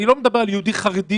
אני לא מדבר על יהודי חרדי,